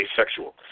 asexual